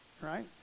right